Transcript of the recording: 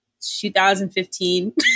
2015